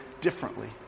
differently